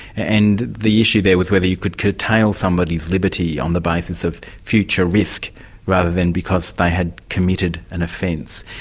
and the issue there was whether you could curtail somebody's liberty on the basis of future risk rather than because they had committed an offence.